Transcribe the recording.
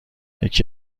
یکی